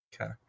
Okay